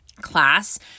class